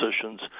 positions